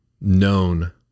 known